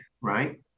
right